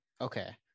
Okay